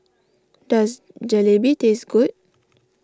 does Jalebi taste good